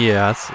Yes